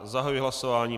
Zahajuji hlasování.